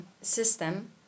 system